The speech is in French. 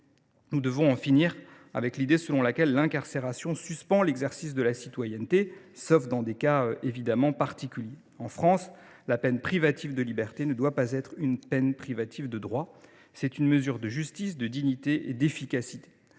Nous devons en finir avec l’idée selon laquelle l’incarcération suspend l’exercice de la citoyenneté, sauf dans des cas particuliers. En France, la peine privative de liberté ne doit pas être une peine privative de droits. C’est une question de justice, de dignité et d’efficacité.